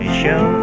show